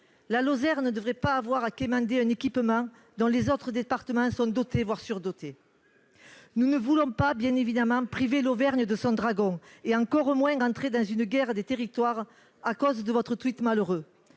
La Lozère ne devrait pas avoir à quémander un équipement dont les autres départements sont dotés, voire surdotés. Nous ne voulons pas, bien évidemment, priver l'Auvergne de son et encore moins entrer dans une guerre des territoires en raison de votre malheureux.